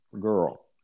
girl